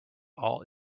all